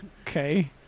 Okay